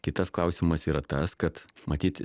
kitas klausimas yra tas kad matyt